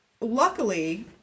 luckily